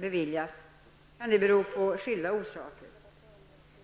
beviljas, kan det bero på skilda orsaker.